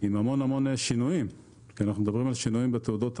עם המון שינויים כי אנחנו מדברים על שינויים בתעודות הסמכה,